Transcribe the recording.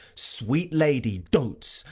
sweet lady, dotes,